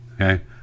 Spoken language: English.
okay